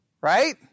Right